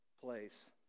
place